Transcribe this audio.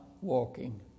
walking